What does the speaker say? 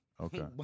Okay